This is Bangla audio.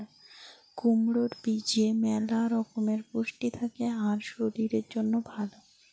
কুমড়োর বীজে ম্যালা রকমের পুষ্টি থাকে আর শরীরের জন্যে ভালো